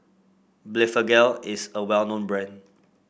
Blephagel is a well known brand